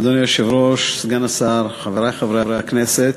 אדוני היושב-ראש, סגן השר, חברי חברי הכנסת,